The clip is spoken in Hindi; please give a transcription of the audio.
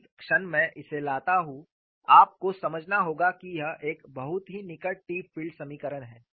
जिस क्षण मैं इसे लाता हूं आपको समझना होगा कि यह एक बहुत ही निकट टिप फ़ील्ड समीकरण है